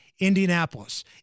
Indianapolis